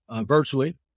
virtually